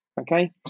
okay